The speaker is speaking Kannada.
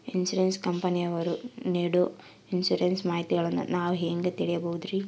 ಇನ್ಸೂರೆನ್ಸ್ ಕಂಪನಿಯವರು ನೇಡೊ ಇನ್ಸುರೆನ್ಸ್ ಮಾಹಿತಿಗಳನ್ನು ನಾವು ಹೆಂಗ ತಿಳಿಬಹುದ್ರಿ?